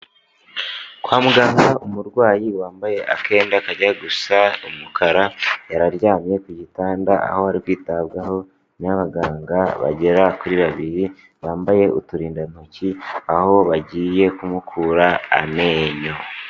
Kwa muganga umurwayi wambaye akenda kajya gusa umukara, araryamye ku gitanda aho ari kwitabwaho n'abaganga bagera kuri babiri, bambaye uturindantoki aho bagiye kumukura amenyo.